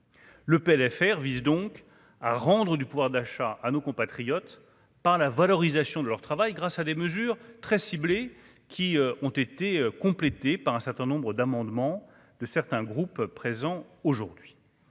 Le PLFR vise donc à rendre du pouvoir d'achat à nos compatriotes, par la valorisation de leur travail, grâce à des mesures très ciblées qui ont été complétées par un certain nombre d'amendements de certains groupes présents aujourd'hui,